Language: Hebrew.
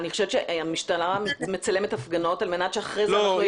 אני חושבת שהמשטרה מצלמת הפגנות על מנת שאחר כך יהיו לה הוכחות.